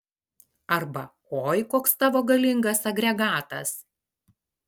arba oi koks tavo galingas agregatas